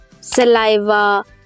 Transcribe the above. saliva